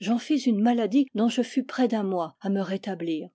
j'en fis une maladie dont je fus près d'un mois à me rétablir